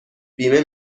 بیمه